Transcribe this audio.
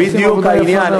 זה בדיוק העניין.